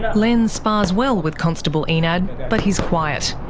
len spars well with constable enad, but he's quiet.